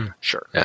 Sure